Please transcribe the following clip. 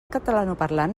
catalanoparlant